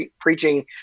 preaching